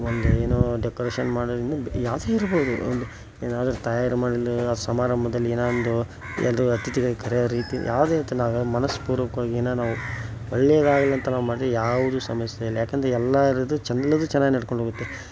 ಒಂದು ಏನೋ ಡೆಕೋರೇಷನ್ ಮಾಡೋದರಿಂದ ಯಾವುದೇ ಇರ್ಬೋದು ಒಂದು ಏನಾದರೂ ತಾಯೋರು ಮಾಡೋದು ಆ ಸಮಾರಂಭದಲ್ಲಿ ಏನೋ ಒಂದು ಅದು ಅತಿಥಿಗಳು ಕರೆಯೋ ರೀತಿ ಯಾವುದೇ ಇದ್ದಾಗ ಮನಸ್ಪೂರ್ವಕವಾಗಿ ಏನೋ ನಾವು ಒಳ್ಳೇದಾಗಲೀ ಅಂತ ನಮ್ಮಲ್ಲಿ ಯಾವುದೂ ಸಮಸ್ಯೆ ಇಲ್ಲ ಯಾಕಂದರೆ ಎಲ್ಲರದು ಚಂದಇಲ್ದದ್ದು ಚೆನ್ನಾಗಿ ನಡ್ಕೊಂಡೋಗುತ್ತೆ